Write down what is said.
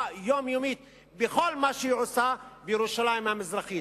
יומיומית בכל מה שהיא עושה בירושלים המזרחית.